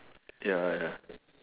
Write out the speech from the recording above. ya ya